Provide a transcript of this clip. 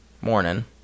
morning